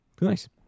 Nice